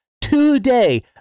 today